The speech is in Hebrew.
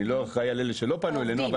אני לא אחראי על אלה שלא פנו אלינו.